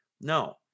No